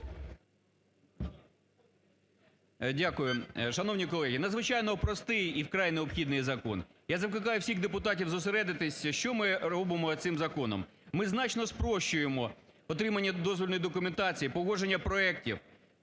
Дякую. Шановні колеги, надзвичайно простий і вкрай необхідний закон. Я закликаю всіх депутатів зосередитися. Що ми робимо цим законом? Ми значно спрощуємо отримання дозвільної документації, погодження проектів.